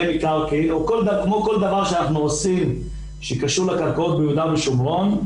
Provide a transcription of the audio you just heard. מקרקעין או כמו כל דבר שאנחנו עושים שקשור לקרקעות ביהודה ושומרון,